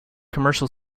commercial